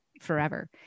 forever